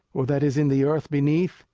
or that is in the earth beneath,